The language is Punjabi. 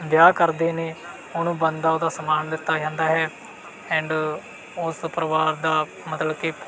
ਵਿਆਹ ਕਰਦੇ ਨੇ ਉਹਨੂੰ ਬਣਦਾ ਉਹਦਾ ਸਮਾਨ ਦਿੱਤਾ ਜਾਂਦਾ ਹੈ ਐਂਡ ਉਸ ਪਰਿਵਾਰ ਦਾ ਮਤਲਬ ਕਿ